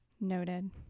Noted